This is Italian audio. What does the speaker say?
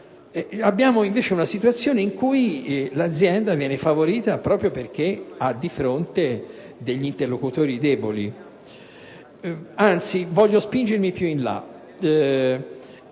abbiamo invece una situazione in cui l'azienda viene favorita proprio perché ha di fronte degli interlocutori deboli. Anzi, vorrei spingermi più in là.